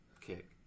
kick